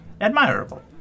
admirable